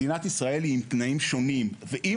מדינת ישראל היא עם תנאים שונים ואם